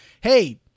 hey